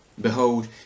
Behold